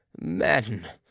men